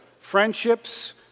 Friendships